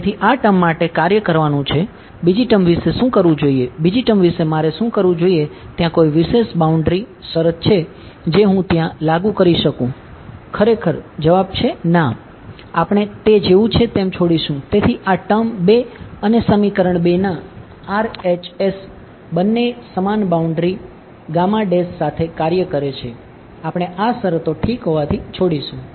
તેથી આ ટર્મ સાથે કાર્ય કરવાનું છે બીજી ટર્મ વિશે શું કરવું જોઈએ બીજી ટર્મ વિશે મારે શું કરવું જોઈએ ત્ત્યાં કોઈ વિશેષ સાથે કાર્ય કરે છે આપણે આ શરતો ઠીક હોવાથી છોડીશું